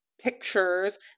pictures